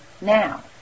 now